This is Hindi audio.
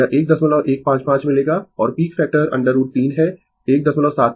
यह 1155 मिलेगा और पीक फैक्टर √3 है 1732